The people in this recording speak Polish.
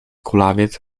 kulawiec